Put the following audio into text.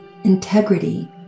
integrity